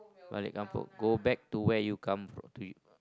balik kampun go back to where you come from do you